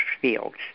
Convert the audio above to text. fields